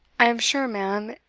i am sure, ma'am,